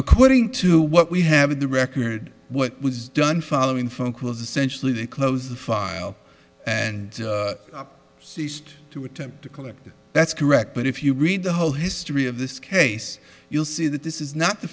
according to what we have the record what was done following phone calls essentially to close the file and ceased to attempt to collect it that's correct but if you read the whole history of this case you'll see that this is not the